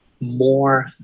more